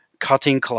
cutting